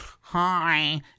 Hi